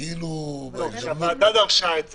לא, שהוועדה דרשה את זה,